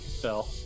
Fell